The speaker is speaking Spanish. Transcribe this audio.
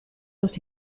los